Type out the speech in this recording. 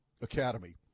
Academy